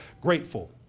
grateful